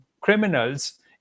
criminals